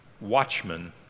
watchmen